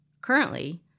Currently